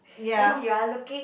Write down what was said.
ya